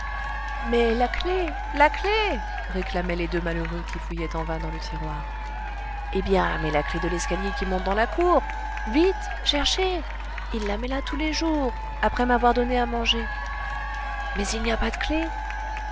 mais la clef la clef réclamaient les deux malheureux qui fouillaient en vain dans le tiroir eh bien mais la clef de l'escalier qui monte dans la cour vite cherchez il la met là tous les jours après m'avoir donné à manger mais il n'y a pas de clef